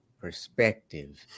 perspective